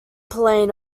plain